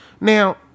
Now